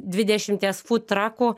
dvidešimties fūd trakų